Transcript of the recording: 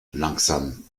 langsam